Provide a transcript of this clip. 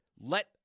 Let